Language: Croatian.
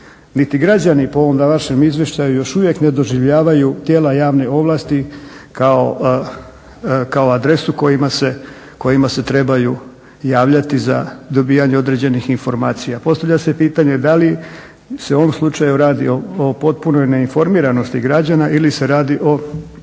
Niti građani po ovom današnjem izvještaju još uvijek ne doživljavaju tijela javne ovlasti kao adresu kojima se trebaju javljati za dobijanje određenih informacija. Postavlja se pitanje da li se u ovom slučaju radi o potpunoj neinformiranosti građana ili se radi o